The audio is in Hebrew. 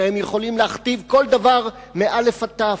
שהם יכולים להכתיב כל דבר, מאל"ף עד תי"ו,